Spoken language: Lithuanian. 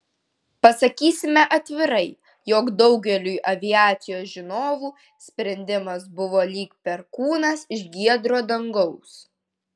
pasakysime atvirai jog daugeliui aviacijos žinovų sprendimas buvo lyg perkūnas iš giedro dangaus